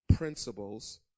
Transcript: principles